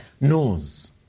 knows